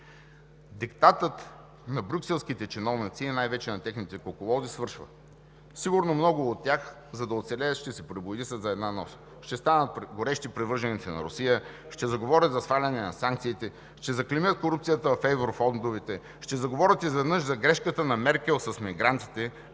Диктатът на брюкселските чиновници и най-вече на техните кукловоди свършва. Сигурно много от тях, за да оцелеят, ще се пребоядисат за една нощ, ще станат горещи привърженици на Русия, ще заговорят за сваляне на санкциите, ще заклеймят корупцията в еврофондовете, ще заговорят изведнъж за грешката на Меркел с мигрантите